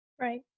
Right